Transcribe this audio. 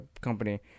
...company